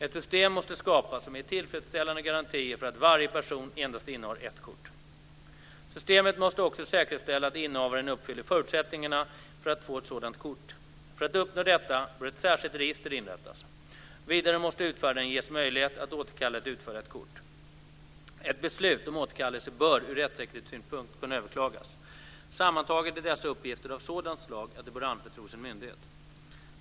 Ett system måste skapas som ger tillfredsställande garantier för att varje person endast innehar ett kort. Systemet måste också säkerställa att innehavaren uppfyller förutsättningarna för att få ett sådant kort. För att uppnå detta bör ett särskilt register inrättas. Vidare måste utfärdaren ges möjlighet att återkalla ett utfärdat kort. Ett beslut om återkallelse bör ur rättssäkerhetssynpunkt kunna överklagas. Sammantaget är dessa uppgifter av sådant slag att de bör anförtros en myndighet.